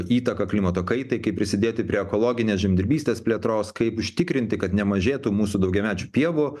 įtaką klimato kaitai kaip prisidėti prie ekologinės žemdirbystės plėtros kaip užtikrinti kad nemažėtų mūsų daugiamečių pievų